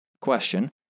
question